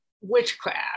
witchcraft